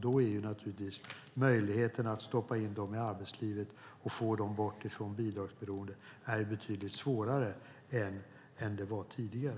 Då är naturligtvis möjligheten att stoppa in dem i arbetslivet och få bort dem från bidragsberoende betydligt svårare än det var tidigare.